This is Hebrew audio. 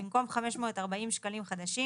במקום "540 שקלים חדשים"